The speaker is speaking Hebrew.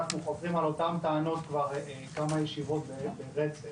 אנחנו חוזרים על אותן טענות כבר כמה ישיבות ברצף.